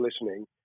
listening